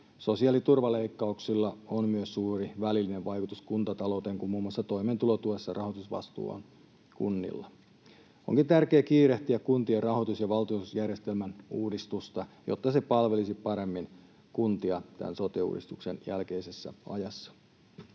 Sosiaaliturvaleikkauksilla on myös suuri välillinen vaikutus kuntatalouteen, kun muun muassa toimeentulotuessa rahoitusvastuu on kunnilla. Onkin tärkeää kiirehtiä kuntien rahoitus- ja valtionosuusjärjestelmän uudistusta, jotta se palvelisi paremmin kuntia tämän sote-uudistuksen jälkeisessä ajassa.